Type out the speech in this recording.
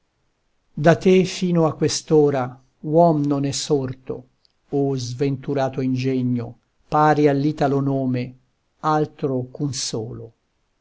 da te fino a quest'ora uom non è sorto o sventurato ingegno pari all'italo nome altro ch'un solo